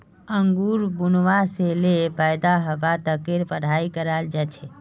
अंगूर बुनवा से ले पैदा हवा तकेर पढ़ाई कराल जा छे